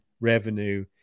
revenue